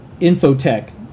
infotech